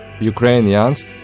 Ukrainians